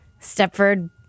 Stepford